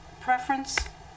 preference